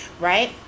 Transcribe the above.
right